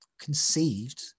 conceived